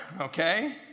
okay